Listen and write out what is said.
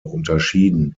unterschieden